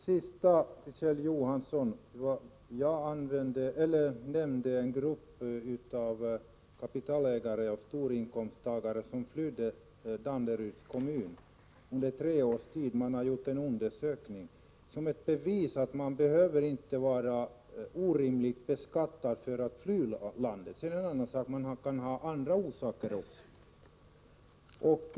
Herr talman! Jag nämnde, Kjell Johansson, en grupp kapitalägare och storinkomsttagare som flydde Danderyds kommun under tre års tid. Man har gjort en undersökning som bevisar att man inte behöver vara orimligt beskattad för att fly landet. Sedan är det en annan sak att man kan ha andra orsaker också.